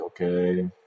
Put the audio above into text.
Okay